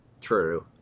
true